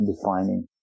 defining